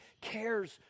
cares